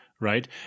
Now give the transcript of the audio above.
right